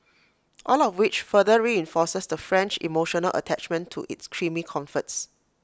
all of which further reinforces the French emotional attachment to its creamy comforts